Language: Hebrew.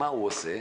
מה הוא עושה?